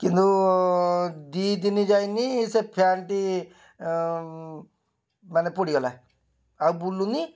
କିନ୍ତୁ ଦୁଇ ଦିନ ଯାଇନି ସେ ଫ୍ୟାନ୍ଟି ମାନେ ପୋଡ଼ିଗଲା ଆଉ ବୁଲୁନି